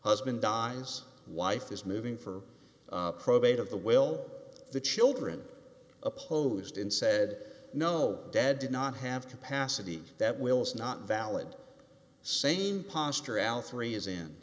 husband don's wife is moving for probate of the will the children opposed and said no dad did not have capacity that will is not valid the same posture al three is in